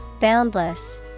Boundless